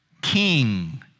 King